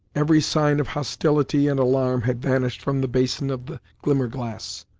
every sign of hostility and alarm had vanished from the basin of the glimmerglass.